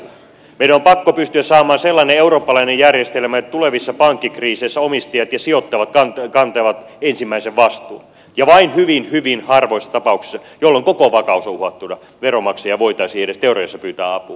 meidän on pakko pystyä saamaan sellainen eurooppalainen järjestelmä että tulevissa pankkikriiseissä omistajat ja sijoittajat kantavat ensimmäisen vastuun ja vain hyvin hyvin harvoissa tapauksissa jolloin koko vakaus on uhattuna veronmaksaja voitaisiin edes teoriassa pyytää apuun